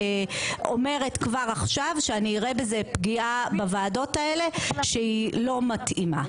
אומרת כבר עכשיו שאני אראה בזה פגיעה בוועדות האלה שהיא לא מתאימה.